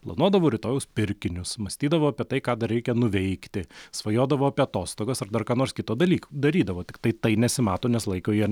planuodavo rytojaus pirkinius mąstydavo apie tai ką dar reikia nuveikti svajodavo apie atostogas ar dar ką nors kito dalyko darydavo tiktai tai nesimato nes laiko jie